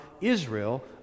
Israel